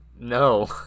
No